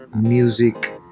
music